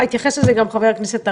התייחס לזה גם חבר הכנסת ארבל,